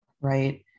Right